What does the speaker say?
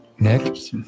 Nick